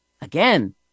Again